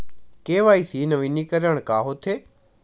KYC नवीनीकरण का होथे?